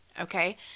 Okay